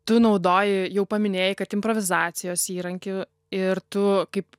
tu naudoji jau paminėjai kad improvizacijos įrankį ir tu kaip